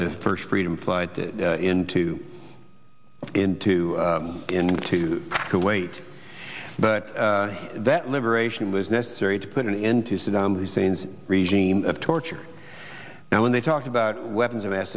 e first freedom fly into into into kuwait but that liberation was necessary to put an end to saddam hussein's regime of torture and when they talked about weapons of mass